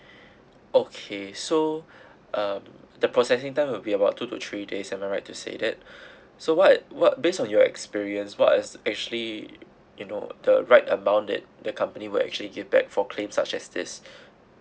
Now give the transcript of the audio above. okay so um the processing time will be about two to three days am I right to say that so what what based on your experience what's actually you know the right amount that the company will actually give back for claim such as this